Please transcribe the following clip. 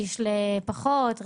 משליש לפחות,